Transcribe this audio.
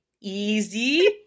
Easy